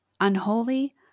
unholy